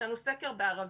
הוצאנו סקר בערבית.